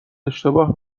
اشتباه